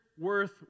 worth